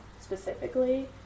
specifically